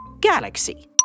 galaxy